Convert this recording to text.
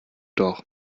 doch